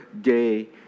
day